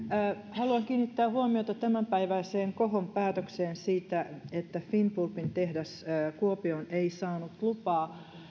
haluan kiinnittää huomiota tämänpäiväiseen kohon päätökseen siitä että finnpulpin tehdas kuopioon ei saanut lupaa